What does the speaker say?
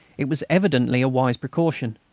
it was evidently a wise precaution.